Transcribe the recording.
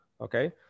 okay